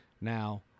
Now